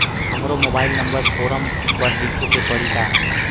हमरो mobile number form पर लिखे के पड़ी का?